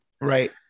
right